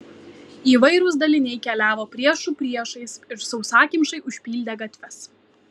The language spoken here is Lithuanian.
įvairūs daliniai keliavo priešų priešais ir sausakimšai užpildė gatves